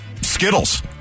Skittles